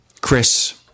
Chris